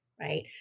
right